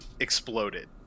Exploded